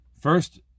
First